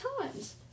times